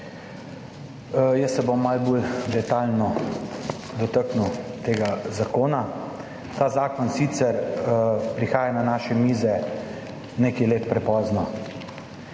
Jaz se bom malo bolj detajlno dotaknil tega zakona. Ta zakon sicer prihaja na naše mize nekaj let prepozno,